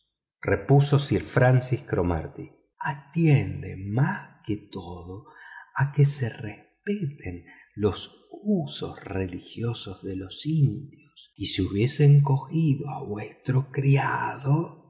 repuso sir francis cromarty atiende más que todo a que se respeten los usos religiosos de los indios y si hubiesen agarrado a vuestro criado